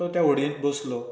तो त्या व्हडयेन बसलो